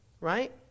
Right